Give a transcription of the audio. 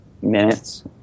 minutes